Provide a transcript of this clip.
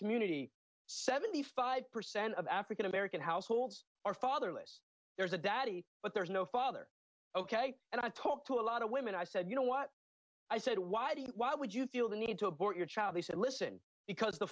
community seventy five percent of african american households are fatherless there's a daddy but there's no father ok and i talked to a lot of women i said you know what i said why do you why would you the need to abort your child they said listen because the